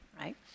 right